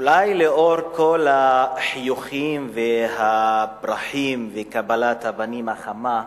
אולי לאור כל החיוכים והפרחים וקבלת הפנים החמה,